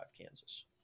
Kansas